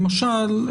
למשל,